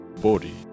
body